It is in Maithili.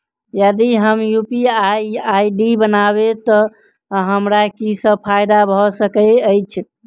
यदि हम यु.पी.आई आई.डी बनाबै तऽ हमरा की सब फायदा भऽ सकैत अछि?